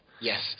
Yes